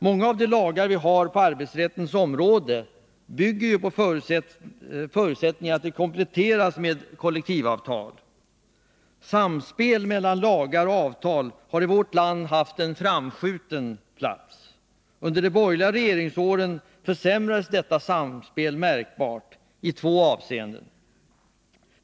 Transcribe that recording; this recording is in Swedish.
Många av de lagar vi har på arbetsrättens område bygger på förutsättningen att de kompletteras med kollektivavtal. Samspelet mellan lagar och avtal har i vårt land haft en framskjuten plats. Under de borgerliga regeringsåren försämrades detta samspel märkbart i två avseenden.